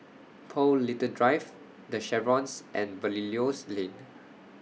Paul Little Drive The Chevrons and Belilios Lane